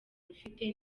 rufite